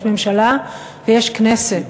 יש ממשלה ויש כנסת.